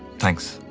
thanks.